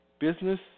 business